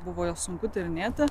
buvo sunku tyrinėti